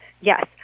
Yes